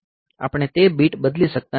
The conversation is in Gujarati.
આપણે તે બીટ બદલી શકતા નથી